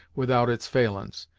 without its failin's.